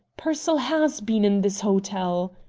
pearsall has been in this hotel!